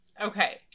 Okay